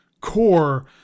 core